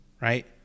Right